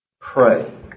Pray